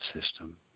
system